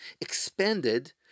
expanded